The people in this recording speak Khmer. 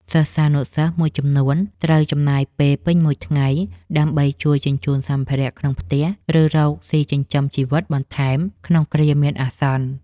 សិស្សានុសិស្សមួយចំនួនត្រូវចំណាយពេលពេញមួយថ្ងៃ ដើម្បីជួយជញ្ជូនសម្ភារៈក្នុងផ្ទះ ឬរកស៊ីចិញ្ចឹមជីវិតបន្ថែមក្នុងគ្រាមានអាសន្ន។